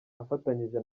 afatanyije